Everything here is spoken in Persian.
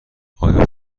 آیا